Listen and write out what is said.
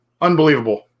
Unbelievable